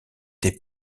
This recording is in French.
des